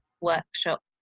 workshop